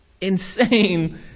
insane